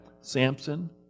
Samson